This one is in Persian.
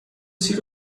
سیر